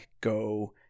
go